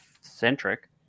centric